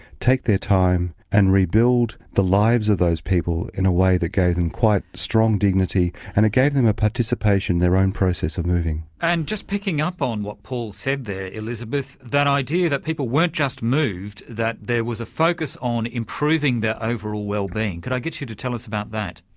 take their time, and rebuild the lives of those people in a way that gave them quite strong dignity. and it gave them a participation in their own process of moving. and just picking up on what paul said there, elizabeth, that idea that people weren't just moved, that there was a focus on improving their overall wellbeing. could i get you to tell us about that?